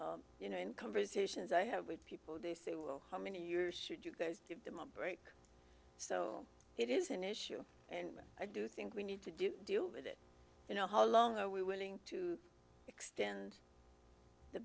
lot you know in conversations i have with people they say well how many years should you give them a break so it is an issue and i do think we need to do deal with it you know how long are we willing to extend the